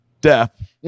death